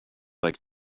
like